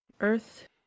Earth